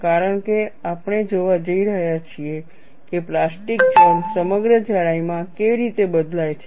કારણ કે આપણે જોવા જઈ રહ્યા છીએ કે પ્લાસ્ટિક ઝોન સમગ્ર જાડાઈમાં કેવી રીતે બદલાય છે